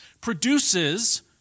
produces